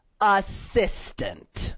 assistant